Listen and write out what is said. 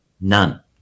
none